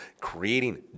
creating